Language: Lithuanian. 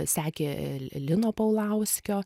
sekė li lino paulauskio